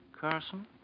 Carson